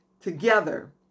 together